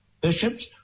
bishops